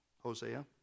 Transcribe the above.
Hosea